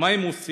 מה הם עושים